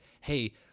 hey